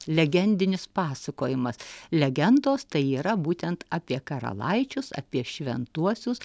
legendinis pasakojimas legendos tai yra būtent apie karalaičius apie šventuosius